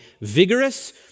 vigorous